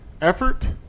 effort